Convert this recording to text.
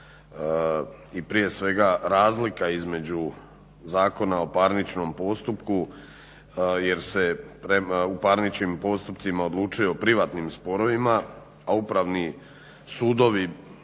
i prije svega razlika između Zakona o parničnom postupku jer se u parničnim postupcima odlučuje o privatnim sporovima, a upravni sudovi